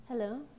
Hello